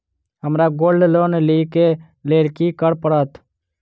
हमरा gold loan लिय केँ लेल की करऽ पड़त?